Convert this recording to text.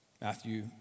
Matthew